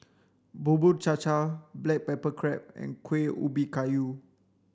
Bubur Cha Cha black pepper crab and Kueh Ubi Kayu